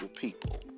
people